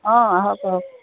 অঁ আহক আহক